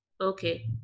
okay